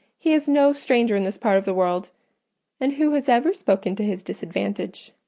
he is no stranger in this part of the world and who has ever spoken to his disadvantage?